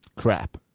crap